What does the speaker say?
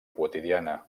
quotidiana